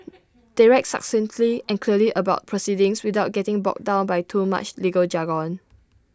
they write succinctly and clearly about proceedings without getting bogged down by too much legal jargon